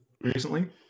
recently